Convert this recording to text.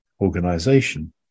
organization